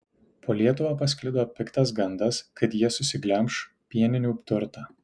po lietuvą pasklido piktas gandas kad jie susiglemš pieninių turtą